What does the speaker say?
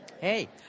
Hey